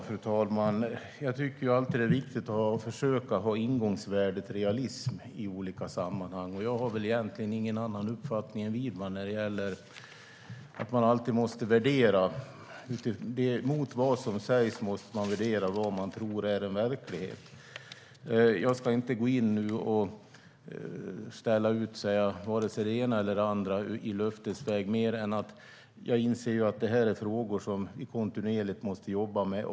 Fru talman! Det är alltid viktigt att försöka ha ingångsvärdet realism i olika sammanhang. Jag har egentligen ingen annan uppfattning än Widman när det gäller att man alltid måste värdera det som sägs mot vad man tror är en verklighet. Jag ska nu inte ställa ut vare sig det ena eller det andra i löftesväg mer än att jag inser att det är frågor som vi kontinuerligt måste jobba med.